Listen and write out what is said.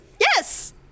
Yes